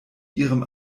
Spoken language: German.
ihrem